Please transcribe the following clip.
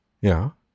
Ja